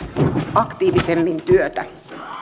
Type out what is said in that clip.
aktiivisemmin työtä